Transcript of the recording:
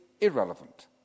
irrelevant